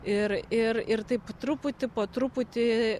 ir ir ir taip truputį po truputį